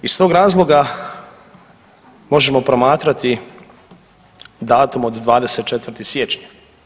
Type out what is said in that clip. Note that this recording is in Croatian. Iz tog razloga možemo promatrati datum od 24. siječnja.